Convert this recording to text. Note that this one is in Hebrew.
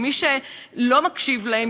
ומי שלא מקשיב להם,